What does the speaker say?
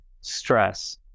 stress